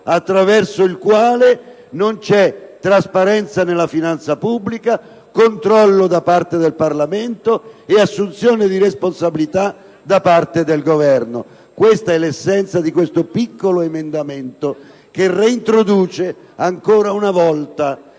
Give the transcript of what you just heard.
attraverso il quale non c'è trasparenza nella finanza pubblica, controllo da parte del Parlamento e assunzione di responsabilità da parte del Governo. Questa è l'essenza di questo piccolo emendamento che reintroduce, ancora una volta,